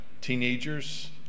Teenagers